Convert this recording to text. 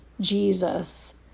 Jesus